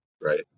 right